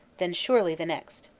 then surely the next.